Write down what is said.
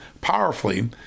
powerfully